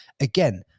again